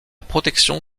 protection